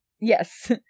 Yes